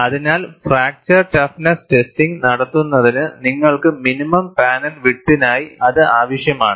അതിനാൽ fracture toughness testing നടത്തുന്നതിന് നിങ്ങൾക്ക് മിനിമം പാനൽ വിഡ്ത്തിനായി അത് ആവശ്യമാണ്